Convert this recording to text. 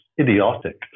idiotic